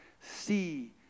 see